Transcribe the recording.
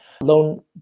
loan